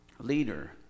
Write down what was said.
leader